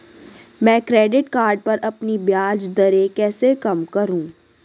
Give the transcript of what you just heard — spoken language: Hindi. मैं क्रेडिट कार्ड पर अपनी ब्याज दरें कैसे कम करूँ?